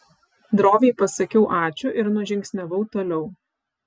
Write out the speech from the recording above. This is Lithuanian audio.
droviai pasakiau ačiū ir nužingsniavau toliau